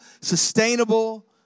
sustainable